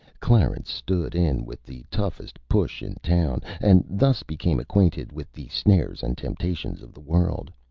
clarence stood in with the toughest push in town, and thus became acquainted with the snares and temptations of the world.